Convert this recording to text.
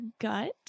gut